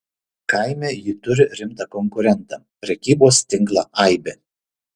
kaime ji turi rimtą konkurentą prekybos tinklą aibė